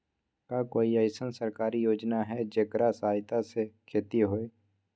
का कोई अईसन सरकारी योजना है जेकरा सहायता से खेती होय?